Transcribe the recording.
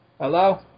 Hello